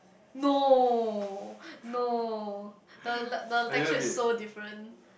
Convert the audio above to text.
no no the the texture is so different